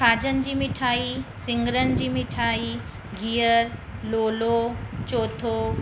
खाजन जी मिठाई सिंघरनि जी मिठाई गिहरु लोलो चौथो